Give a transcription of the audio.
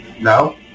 no